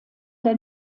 der